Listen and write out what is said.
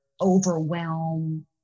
overwhelm